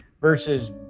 versus